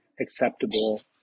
acceptable